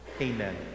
Amen